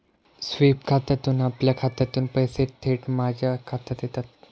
sweep खात्यातून आपल्या खात्यातून पैसे थेट माझ्या खात्यात येतील